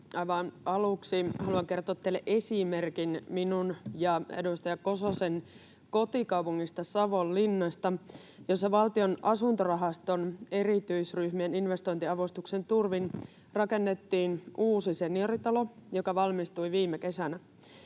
Aivan aluksi haluan kertoa teille esimerkin minun ja edustaja Kososen kotikaupungista Savonlinnasta, jossa Valtion asuntorahaston erityisryhmien investointiavustuksen turvin rakennettiin uusi senioritalo, joka valmistui viime kesänä.